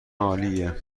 عالیه